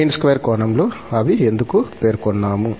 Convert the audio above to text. mean square కోణంలో అని ఎందుకు పేర్కొన్నాము